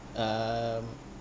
um